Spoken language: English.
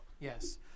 Yes